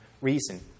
reason